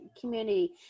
community